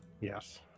Yes